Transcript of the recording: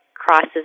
crosses